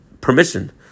permission